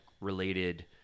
related